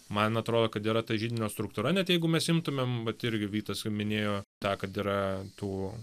man atrodo kad yra ta židinio struktūra net jeigu mes imtumėm vat irgi vytas ką minėjo tą kad yra tų